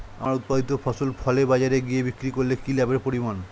আমার উৎপাদিত ফসল ফলে বাজারে গিয়ে বিক্রি করলে কি লাভের পরিমাণ?